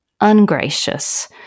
ungracious